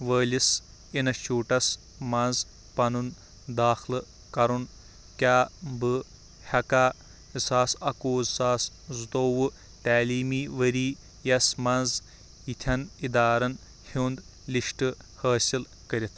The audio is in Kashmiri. وٲلِس اِنسچیٛوٗٹس منٛز پنُن داخلہٕ کَرُن کیٛاہ بہٕ ہٮ۪کھا زٕ ساس اَکوُہ زٕ ساس زٕتوٚوُہ تعلیٖمی ؤرۍ یَس مَنٛز یِتھٮ۪ن اِدارن ہُنٛد لِسٹہٕ حٲصِل کٔرِتھ